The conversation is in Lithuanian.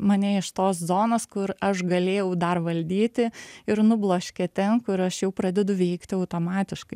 mane iš tos zonos kur aš galėjau dar valdyti ir nubloškia ten kur aš jau pradedu veikti automatiškai